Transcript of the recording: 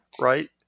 Right